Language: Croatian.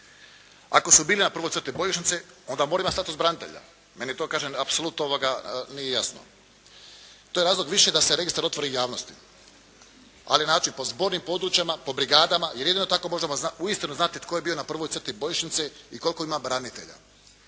Ako su bili na prvoj crti bojišnice onda mora imati status branitelja. Meni je to kažem apsolutno nije jasno. To je razlog više da se registar otvori javnosti, ali naročito po zbornim područjima, po brigadama, jer jedino tako možemo uistinu znati tko je bio na prvoj crti bojišnice i koliko ima branitelja.